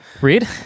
Read